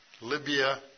Libya